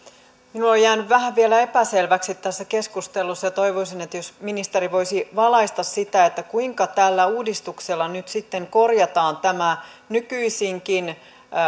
minulle on jäänyt vähän vielä epäselväksi tässä keskustelussa ja toivoisin että ministeri voisi valaista sitä kuinka tällä uudistuksella nyt sitten korjataan tämä nykyisinkin